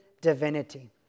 divinity